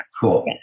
Cool